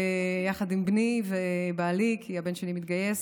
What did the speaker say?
יחד עם בני ובעלי, כי הבן שלי מתגייס.